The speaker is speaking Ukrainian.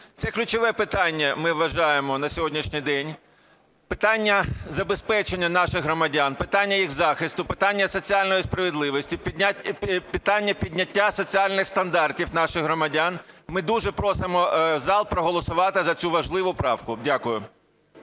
Це ключове питання, ми вважаємо, на сьогоднішній день: питання забезпечення наших громадян, питання їх захисту, питання соціальної справедливості, питання підняття соціальних стандартів наших громадян. Ми дуже просимо зал проголосувати за цю важливу правку. Дякую.